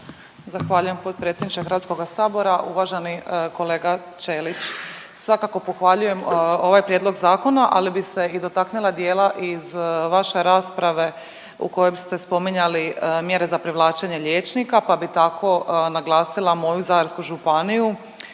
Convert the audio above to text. Zahvaljujem potpredsjedniče HS. Uvaženi kolega Ćelić, svakako pohvaljujem ovaj prijedlog zakona, ali bi se i dotaknila dijela iz vaše rasprave u kojem ste spominjali mjere za privlačenje liječnika, pa bi tako naglasila moju Zadarsku županiju